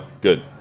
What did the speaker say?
good